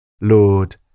Lord